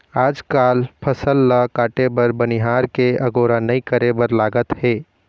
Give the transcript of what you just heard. आजकाल फसल ल काटे बर बनिहार के अगोरा नइ करे बर लागत हे